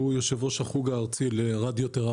הוא יושב ראש החוג הארצי לרדיותרפיה.